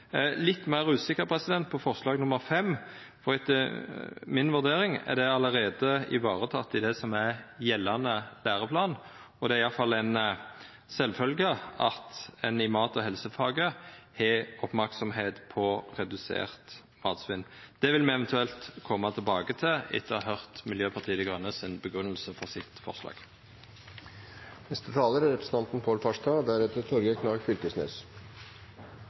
litt meir usikker på forslag nr. 5, for etter mi vurdering er det allereie teke vare på i det som er gjeldande læreplan, det er i alle fall sjølvsagt at ein i mat- og helsefaget er oppteken av redusert matsvinn. Me vil eventuelt koma tilbake til det etter å høyrt grunngjevinga for forslaget frå Miljøpartiet Dei Grøne.